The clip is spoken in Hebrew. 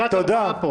שלא הגיעו לכאן.